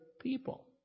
people